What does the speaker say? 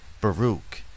Baruch